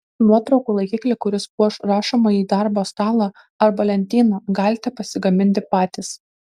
nuotraukų laikiklį kuris puoš rašomąjį darbo stalą arba lentyną galite pasigaminti patys